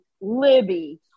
Libby